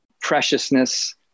preciousness